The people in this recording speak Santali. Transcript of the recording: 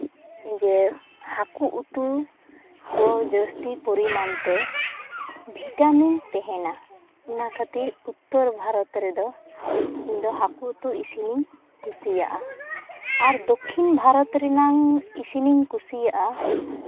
ᱡᱮ ᱦᱟᱹᱠᱩ ᱩᱛᱩ ᱫᱚ ᱡᱟᱹᱥᱛᱤ ᱯᱚᱨᱤᱢᱟᱱ ᱛᱮ ᱵᱷᱤᱴᱟᱢᱤᱱ ᱛᱟᱦᱮᱱᱟ ᱚᱱᱟ ᱠᱷᱟᱹᱛᱤᱨ ᱩᱛᱛᱚᱨ ᱵᱷᱟᱨᱚᱛ ᱨᱮᱫᱚ ᱤᱧ ᱫᱚ ᱦᱟᱹᱠᱩ ᱩᱛᱩ ᱤᱥᱤᱱᱤᱧ ᱠᱩᱥᱤᱭᱟᱜᱼᱟ ᱟᱨ ᱫᱚᱠᱽᱠᱷᱤᱱ ᱵᱷᱟᱨᱚᱛ ᱨᱮᱱᱟᱝ ᱤᱥᱤᱱᱤᱧ ᱠᱩᱥᱤᱭᱟᱜᱼᱟ